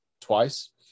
twice